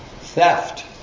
theft